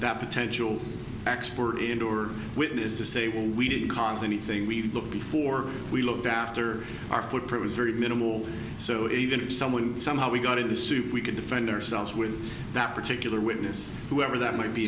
that potential expert in or witness to say well we didn't cause anything we did look before we looked after our footprint is very minimal so even if someone somehow we got in the suit we can defend ourselves with that particular witness whoever that